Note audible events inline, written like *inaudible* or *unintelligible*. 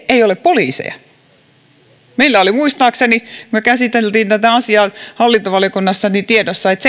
ei ole poliiseja meillä oli muistaakseni kun me käsittelimme tätä asiaa hallintovaliokunnassa tiedossa että *unintelligible*